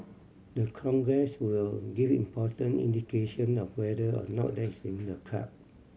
the Congress will give important indication of whether or not that is in the card